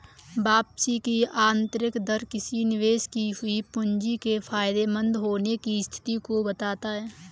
वापसी की आंतरिक दर किसी निवेश की हुई पूंजी के फायदेमंद होने की स्थिति को बताता है